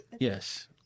Yes